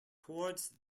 towards